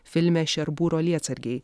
filme šerburo lietsargiai